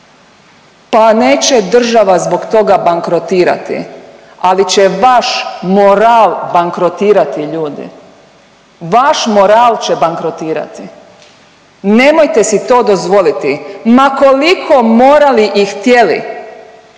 Pa neće država zbog toga bankrotirati, ali će vaš moral bankrotirati, ljudi. Vaš moral će bankrotirati. Nemojte si to dozvoliti ma koliko morali i htjeli